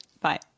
Bye